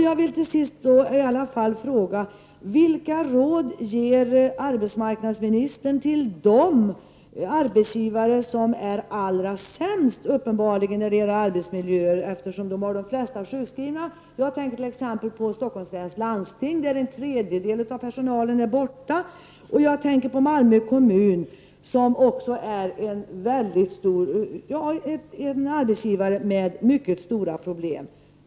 Jag vill till sist fråga: Vilka råd ger arbetsmarknadsministern till de arbetsgivare som uppenbarligen är allra sämst när det gäller arbetsmiljö, eftersom de har flest sjukskrivna? Jag tänker t.ex. på Stockholms läns landsting, där en tredjedel av personalen är borta. Jag tänker också på Malmö kommun som är en arbetsgivare som har mycket stora problem.